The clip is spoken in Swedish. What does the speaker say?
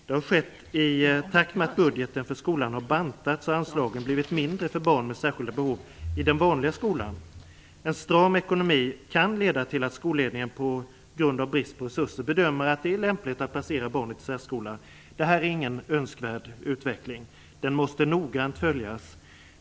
Det har skett i takt med att budgeten för skolan har bantats och anslagen blivit mindre för barn med särskilda behov i den vanliga skolan. En stram ekonomi kan leda till att skolledningen på grund av brist på resurser bedömer att det är lämpligt att placera barnet i särskolan. Detta är ingen önskvärd utveckling. Den måste noggrant följas.